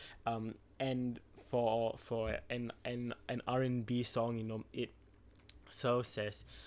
um and for for and and and R&B song you know it serves as